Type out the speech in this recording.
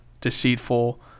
deceitful